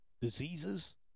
Diseases